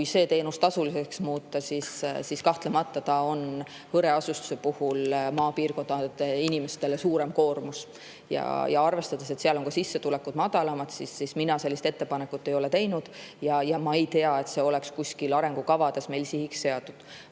Kui see teenus tasuliseks muuta, siis kahtlemata on hõreasustuse tõttu maapiirkondade inimestel suurem koormus. Ja arvestades, et seal on ka sissetulekud madalamad, mina sellist ettepanekut ei ole teinud ja ma ei tea, et see oleks mõnes arengukavas meil sihiks seatud.